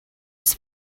his